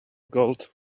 gold